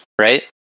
right